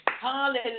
hallelujah